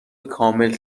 کامل